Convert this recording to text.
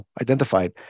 identified